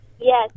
Yes